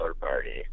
party